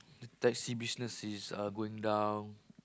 the taxi business is uh going down